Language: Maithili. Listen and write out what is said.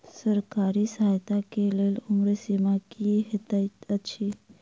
सरकारी सहायता केँ लेल उम्र सीमा की हएत छई?